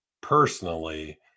personally